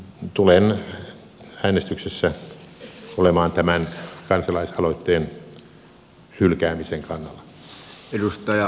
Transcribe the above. tulen äänestyksessä olemaan tämän kansalaisaloitteen hylkäämisen kannalla